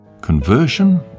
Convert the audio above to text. Conversion